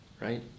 right